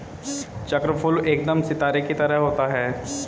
चक्रफूल एकदम सितारे की तरह होता है